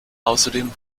außerdem